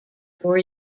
four